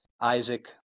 Isaac